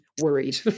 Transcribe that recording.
worried